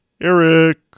eric